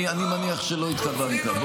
אני מניח שלא התכוונת.